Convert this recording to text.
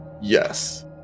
yes